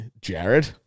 Jared